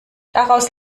daraus